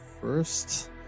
first